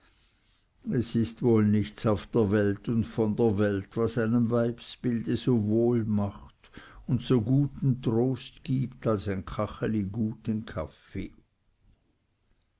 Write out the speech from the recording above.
es ist wohl nichts auf der welt und von der welt was einem weibsbilde so wohl macht und so guten trost gibt als ein kacheli guten kaffee